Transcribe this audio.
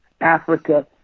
Africa